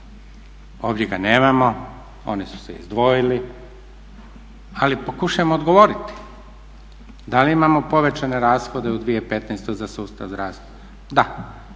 Ovdje ga nemamo, oni su se izdvojili, ali pokušajmo odgovoriti da li imamo povećane rashode u 2015.za sustav zdravstva? Da,